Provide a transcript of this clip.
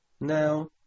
Now